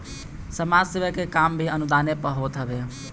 समाज सेवा के काम भी अनुदाने पअ होत हवे